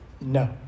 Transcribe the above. No